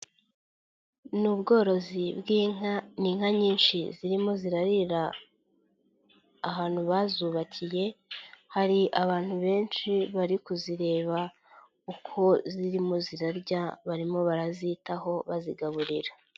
NI ubworozi bw'inka, ni inka nyinshi zirimo zirarira ahantu bazubakiye, hari abantu benshi bari kuzireba uko zirimo zirarya barimo barazitaho bazigaburira.